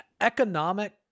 economic